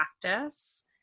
practice